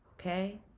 Okay